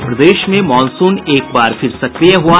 और प्रदेश में मॉनसून एक बार फिर सक्रिय हुआ